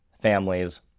families